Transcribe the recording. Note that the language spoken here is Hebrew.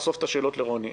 הכנסת לרוני.